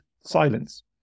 silence